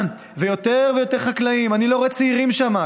ויותר ויותר חקלאים, אני לא רואה צעירים שם.